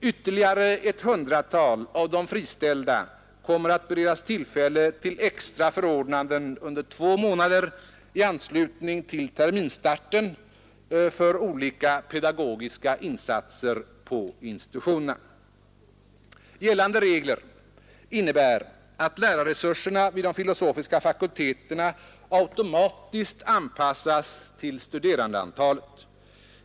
Ytterligare ett hundratal av de friställda kommer att beredas tillfälle till extra förordnanden under två månader i anslutning till terminstarten för olika pedagogiska insatser på institutionerna. Gällande regler innebär att lärarresurserna vid de filosofiska fakulteterna automatiskt anpassas till studerandeantalet.